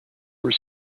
were